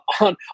on